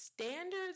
Standards